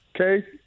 okay